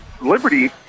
liberty